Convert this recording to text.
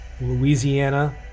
Louisiana